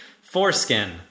foreskin